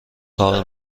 کار